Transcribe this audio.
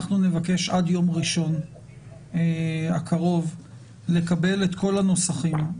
אנחנו נבקש עד יום ראשון הקרוב לקבל את כל הנוסחים,